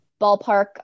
ballpark